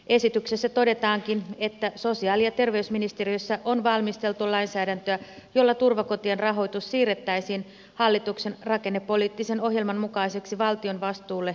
esityksessä todetaankin että sosiaali ja terveysministeriössä on valmisteltu lainsäädäntöä jolla turvakotien rahoitus siirrettäisiin hallituksen rakennepoliittisen ohjelman mukaisesti valtion vastuulle ensi vuonna